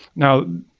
now,